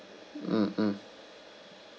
mm mm